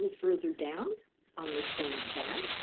further down on the same tab.